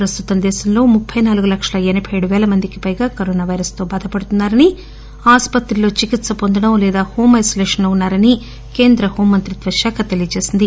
ప్రస్తుతం దేశంలో ముప్పై నాలుగు లక్షల ఎనబై ఏడు పేల మందికి పైగా కరోనా పైరస్ తో బాధపడుతున్నారని ఆసుపత్రిలో చికిత్స పొందడం లేదా హోమ్ ఐనోలేషన్లో ఉన్నారని కేంద్ర హోం మంత్రిత్వ శాఖ తెలియజేసింది